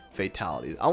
fatalities